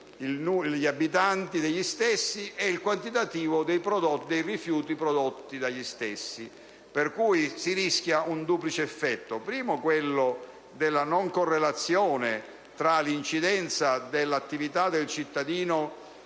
gli abitanti degli stessi e il quantitativo dei rifiuti prodotti. In tal modo si rischia un duplice effetto: la non correlazione tra l'incidenza dell'attività del cittadino